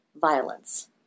violence